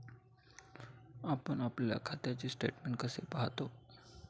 आपण आपल्या खात्याचे स्टेटमेंट कसे पाहतो?